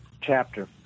chapter